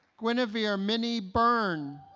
guinevere minnie but bierne